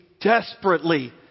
desperately